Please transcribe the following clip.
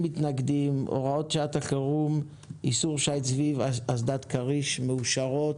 0 ההוראות מאושרות הוראות שעת החירום אישור שיט סביב אסדת כריש מאושרות,